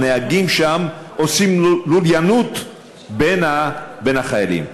הנהגים שם עושים לוליינות בין החיילים.